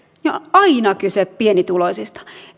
niin on aina kyse pienituloisista